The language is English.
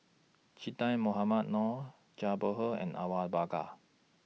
Che Dah Mohamed Noor Zhang Bohe and Awang Bakar